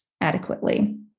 adequately